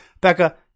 Becca